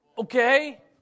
Okay